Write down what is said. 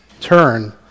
turn